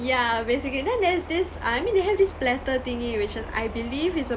yeah basically then there's this ah I mean they have this platter thingy which I believe is